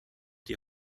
die